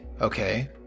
Okay